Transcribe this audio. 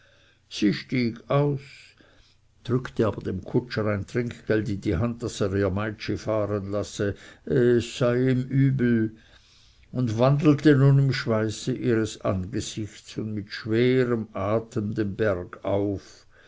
sie stieg aus drückte aber dem kutscher ein trinkgeld in die hand daß er ihr meitschi fahren lasse es sei ihm übel und wandelte nun im schweiße ihres angesichtes und mit schwerem atem den berg auf